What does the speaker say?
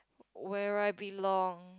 where I belong